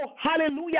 hallelujah